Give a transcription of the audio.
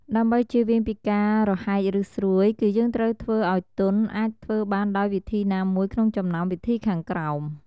ដើម្បីជៀសវាងពីការរហែកឬស្រួយ គឺយើងត្រូវធ្វើឱ្យទន់ អាចធ្វើបានដោយវិធីណាមួយក្នុងចំណោមវិធីខាងក្រោម។